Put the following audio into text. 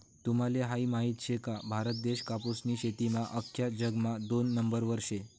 तुम्हले हायी माहित शे का, भारत देश कापूसनी शेतीमा आख्खा जगमा दोन नंबरवर शे